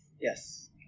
Yes